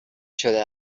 شده